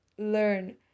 learn